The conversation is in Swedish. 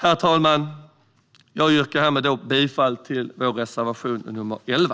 Herr talman! Jag yrkar härmed bifall till vår reservation nr 11.